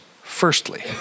firstly